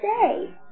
say